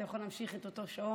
אתה יכול להמשיך את אותו שעון,